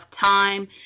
time